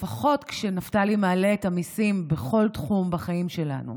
לפחות כשנפתלי מעלה את המיסים בכל תחום בחיים שלנו,